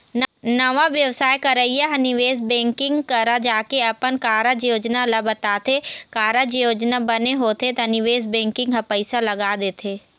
नवा बेवसाय करइया ह निवेश बेंकिग करा जाके अपन कारज योजना ल बताथे, कारज योजना बने होथे त निवेश बेंकिग ह पइसा लगा देथे